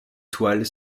toiles